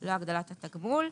לא הגדלת התגמול.